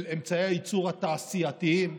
של אמצעי הייצור התעשייתיים,